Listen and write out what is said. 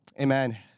Amen